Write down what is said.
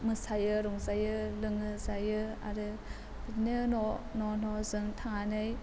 मोसायो रंजायो लोङो जायो आरो बिदिनो न' न' जों थांनानै